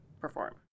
perform